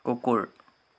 কুকুৰ